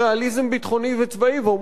הרי ברור שישראל לא יכולה,